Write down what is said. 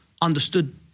understood